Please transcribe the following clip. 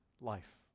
life